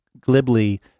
glibly